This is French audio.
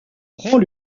prend